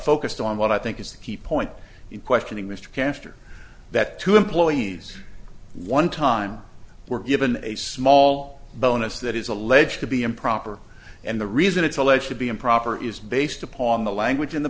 focused on what i think is the key point in questioning mr caster that two employees one time were given a small bonus that is alleged to be improper and the reason it's alleged to be improper is based upon the language in the